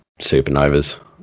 supernovas